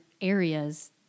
areas